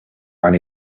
and